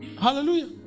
Hallelujah